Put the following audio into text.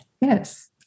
Yes